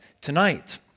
tonight